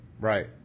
Right